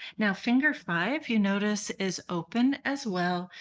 now finger five you notice, is open as well.